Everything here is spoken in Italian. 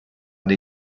dei